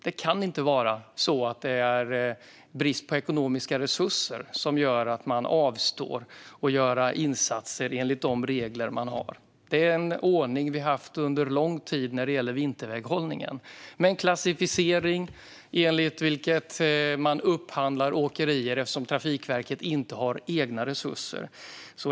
Det kan inte vara så att brist på ekonomiska resurser gör att man avstår från insatser, enligt de regler som finns. Under lång tid har det för vinterväghållningen gällt en ordning med en klassificering enligt vilken man upphandlar åkerier eftersom Trafikverket inte har egna resurser.